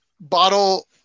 bottle